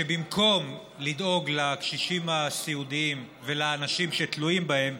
שבמקום לדאוג לקשישים הסיעודיים ולאנשים שתלויים בהם,